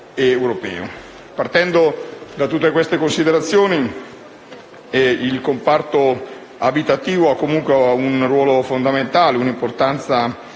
Partendo da tutte queste considerazioni, il comparto abitativo ha un ruolo di fondamentale importanza nelle